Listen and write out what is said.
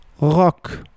Rock